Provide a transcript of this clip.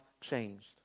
changed